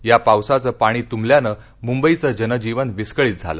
या पावसाचं पाणी तुंबल्यानं मुंबईचं जनजीवन विस्कळित झालं